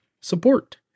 support